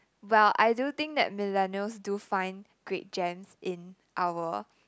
well I do think that Millennials do find great gems in our